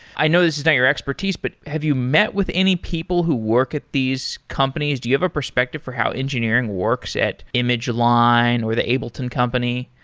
i knows this is not your expertise, but have you met with any people who work at these companies? do you have a perspective for how engineering works at image line, or the ableton company?